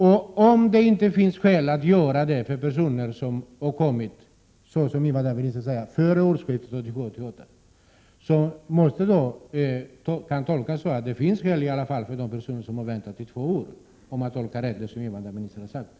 Och om det inte finns skäl att göra på detta vis när det gäller personer vilka har kommit — som invandrarministern säger — före årsskiftet 1987-1988, så kan det som invandrarministern uttalat tolkas som att det finns skäl att förfara så här när det gäller personer som har väntat i två år.